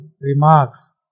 remarks